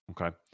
Okay